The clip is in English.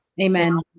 amen